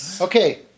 Okay